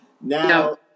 now